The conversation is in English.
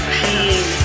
pain